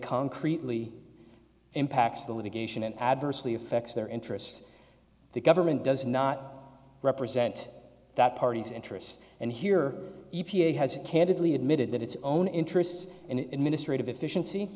concretely impacts the litigation and adversely affects their interests the government does not represent that party's interest and here e p a has a candidly admitted that its own interests in ministry of efficiency